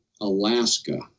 alaska